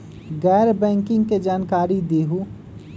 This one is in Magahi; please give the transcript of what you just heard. गैर बैंकिंग के जानकारी दिहूँ?